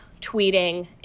tweeting